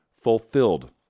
fulfilled